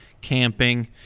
camping